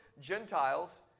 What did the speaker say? Gentiles